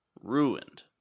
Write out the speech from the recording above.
ruined